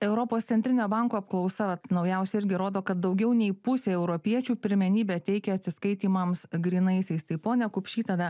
europos centrinio banko apklausa vat naujausia irgi rodo kad daugiau nei pusė europiečių pirmenybę teikia atsiskaitymams grynaisiais tai ponia kupšyta na